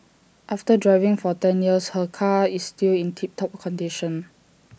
after driving for ten years her car is still in tip top condition